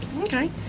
Okay